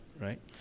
Right